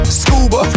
scuba